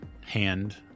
hand